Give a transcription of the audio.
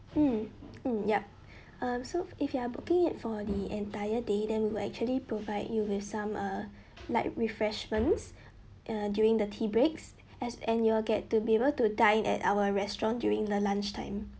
mm mm yup um so if you are booking it for the entire day then we will actually provide you with some uh light refreshments uh during the tea breaks as and you are get to be able to dine at our restaurant during the lunch time